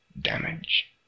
damage